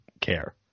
care